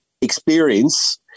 experience